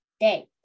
day